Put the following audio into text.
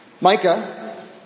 Micah